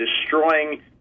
destroying